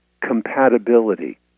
compatibility